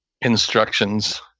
instructions